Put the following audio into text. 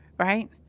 right?